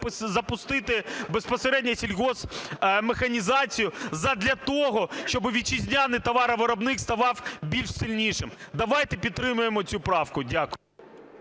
запустити безпосередньо сільгоспмеханізацію задля того, щоб вітчизняний товаровиробник ставав більш сильнішим. Давайте підтримаємо цю правку. Дякую.